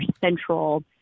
central